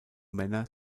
männer